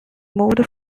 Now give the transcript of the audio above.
moved